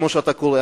כמו שאתה קורא לזה,